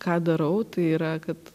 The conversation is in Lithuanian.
ką darau tai yra kad